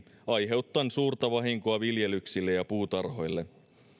aiheuttaen suurta vahinkoa viljelyksille ja puutarhoille